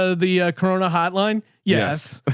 ah the corona hotline? yes,